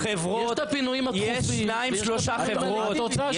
יש את הפינויים הדחופים ויש את הפינויים האלקטיביים.